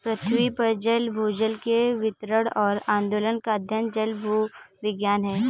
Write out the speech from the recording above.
पृथ्वी पर जल भूजल के वितरण और आंदोलन का अध्ययन जलभूविज्ञान है